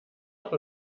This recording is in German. auch